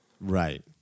right